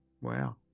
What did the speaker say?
Wow